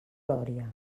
lòria